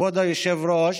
כבוד היושב-ראש,